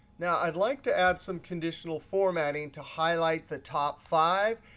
now, i'd like to add some conditional formatting to highlight the top five.